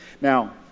Now